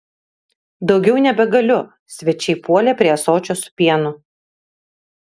daugiau nebegaliu svečiai puolė prie ąsočio su pienu